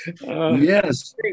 Yes